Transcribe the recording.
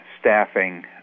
Staffing